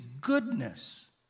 goodness